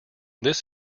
this